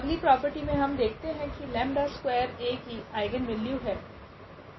अब अगली प्रॉपर्टि मे हम देखते है की लेम्डा 𝜆 स्कूआयर A की आइगनवेल्यू है